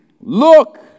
Look